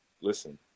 listen